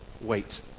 wait